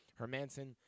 Hermanson